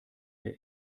der